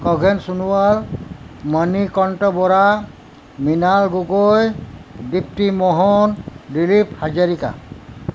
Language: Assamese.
খগেন সোণোৱাল মণিকন্ত বৰা মৃনাল গগৈ দিপ্তী মহন দিলীপ হাজৰিকা